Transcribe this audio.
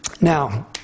Now